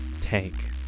tank